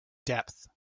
depth